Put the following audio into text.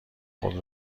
خود